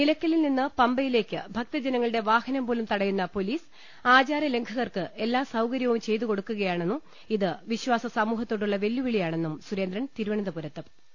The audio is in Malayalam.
നിലയ്ക്കലിൻനിന്ന് പമ്പ യിലേക്ക് ഭക്തജനങ്ങളുടെ വാഹനംപോലും തടയുന്ന പൊലീസ് ആചാ രലംഘകർക്ക് എല്ലാ സൌകര്യവും ചെയ്തുകൊടുക്കുകയാണെന്നും ഇത് വിശ്വാസ സമൂഹത്തോടുള്ള വെല്ലുവിളിയാണെന്നും സുരേന്ദ്രൻ തിരുവ നന്തപുരത്ത് പറഞ്ഞു